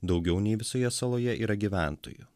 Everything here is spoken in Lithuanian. daugiau nei visoje saloje yra gyventojų